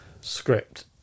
script